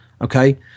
Okay